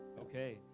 okay